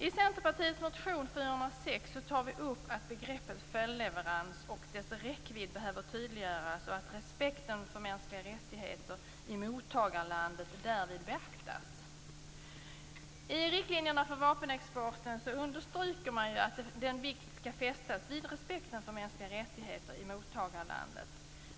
I Centerpartiets motion 406 tar vi upp att begreppet följdleverans och dess räckvidd behöver tydliggöras och respekten för mänskliga rättigheter i mottagarlandet därvid beaktas. I riktlinjerna för vapenexporten understryker man att vikt skall fästas vid respekten för mänskliga rättigheter i mottagarlandet.